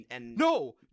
No